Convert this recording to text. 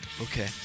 okay